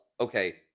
okay